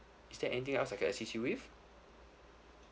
is there anything else I can assist you with